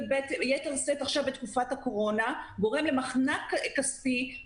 וביתר שאת עכשיו בתקופת הקורונה הוא גורם למחנק כספי.